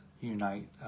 unite